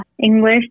English